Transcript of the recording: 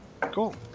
cool